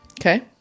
Okay